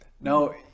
Now